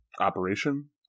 Operation